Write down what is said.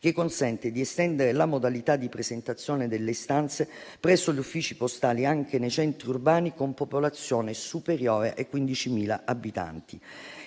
che consente di estendere la modalità di presentazione delle istanze presso gli uffici postali anche nei centri urbani con popolazione superiore ai 15.000 abitanti.